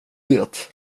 det